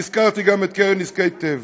והזכרתי גם את קרן נזקי טבע.